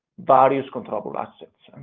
various controllable assets. and